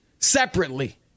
separately